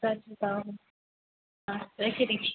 আচ্ছা রাখছি তাহলে আচ্ছা রেখে দিচ্ছি